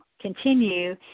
continue